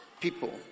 people